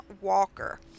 Walker